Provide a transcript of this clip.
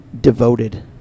devoted